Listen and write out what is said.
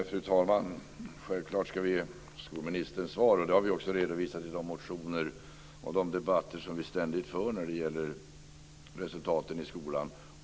Fru talman! Självklart ska vi ge skolministern svar. Vilka åtgärder som vi anser vara nödvändiga har vi också redovisat i motioner och i de debatter som vi ständigt för när det gäller resultaten i skolan.